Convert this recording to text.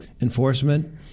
enforcement